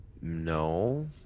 no